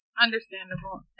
Understandable